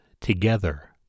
together